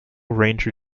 ranger